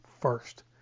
first